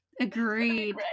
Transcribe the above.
Agreed